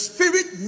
Spirit